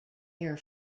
air